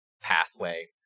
pathway